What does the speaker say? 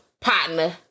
partner